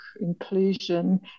inclusion